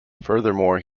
furthermore